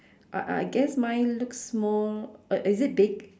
I I guess my looks more uh is it big